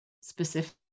specific